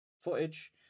footage